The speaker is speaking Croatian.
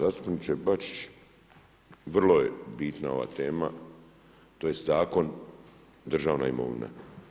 Zastupniče Bačić, vrlo je bitna ova tema to jest Zakon državna imovina.